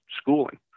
schooling